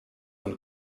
und